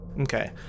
Okay